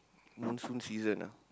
monsoon season ah